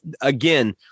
again